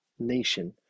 nation